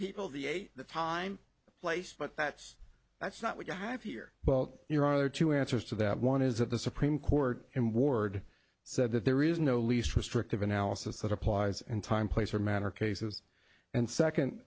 people the a the time place but that's that's not what you have here but your other two answers to that one is that the supreme court in ward said that there is no least restrictive analysis that applies in time place or manner cases and second